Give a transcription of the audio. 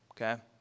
Okay